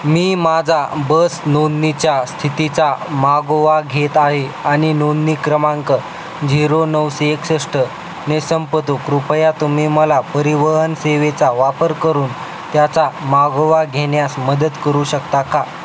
मी माझा बस नोंदणीच्या स्थितीचा मागोवा घेत आहे आणि नोंदणी क्रमांक झिरो नऊशे एकसष्ट ने संपतो कृपया तुम्ही मला परिवहन सेवेचा वापर करून त्याचा मागोवा घेण्यास मदत करू शकता का